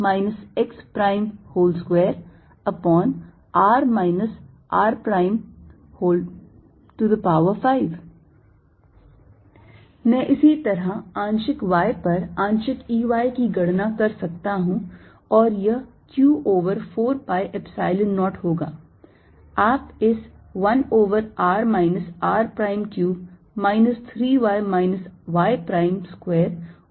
Exxyz∂xq4π01r r3 3x x2r r5 मैं इसी तरह आंशिक y पर आंशिक E y की गणना कर सकता हूं और यह q over 4 pi Epsilon 0 होगा आप इस 1 over r minus r prime cube minus 3 y minus y prime square over r minus r prime raise to 5 देख सकते हैं